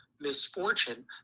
misfortune